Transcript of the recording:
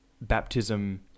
baptism